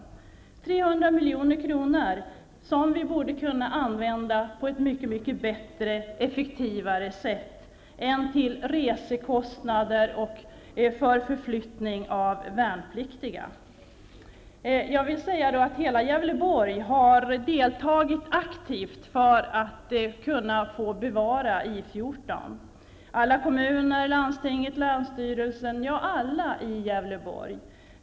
Det är 300 milj.kr. som vi borde kunna använda på ett mycket mycket bättre och effektivare sätt än till resekostnader för förflyttning av värnpliktiga. Hela Gävleborg har deltagit aktivt för ett bevarande av I 14. Alla kommuner, landstinget, länsstyrelsen -- ja alla i Gävleborg har deltagit.